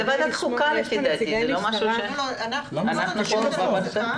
לפי דעתי זה בוועדת חוקה.